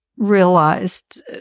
realized